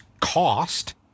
cost